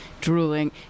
drooling